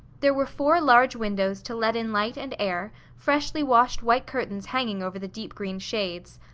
there were four large windows to let in light and air, freshly washed white curtains hanging over the deep green shades.